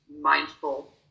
mindful